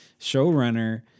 showrunner